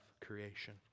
creation